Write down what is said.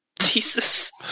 Jesus